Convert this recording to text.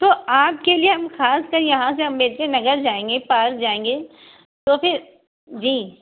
تو آپ کے لیے ہم خاص کر یہاں سے امبیدکرنگر جائیں گے پارک جائیں گے تو پھر جی